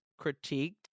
critiqued